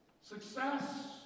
success